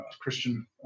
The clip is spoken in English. Christian –